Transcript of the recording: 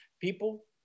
people